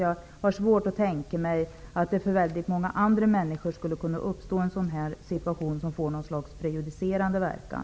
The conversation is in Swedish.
Jag har svårt att tänka mig att en sådan här situation skulle kunna uppstå för så många andra människor, så att det skulle få en prejudicerande verkan.